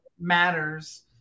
matters